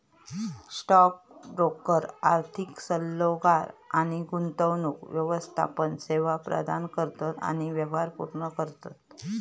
stock broker आर्थिक सल्लोगार आणि गुंतवणूक व्यवस्थापन सेवा प्रदान करतत आणि व्यवहार पूर्ण करतत